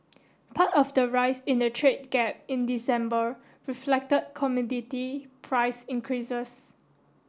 part of the rise in the trade gap in December reflected commodity price increases